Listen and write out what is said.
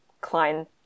Klein